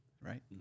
Right